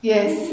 Yes